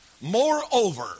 Moreover